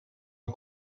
amb